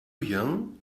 young